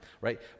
right